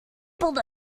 trample